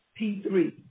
P3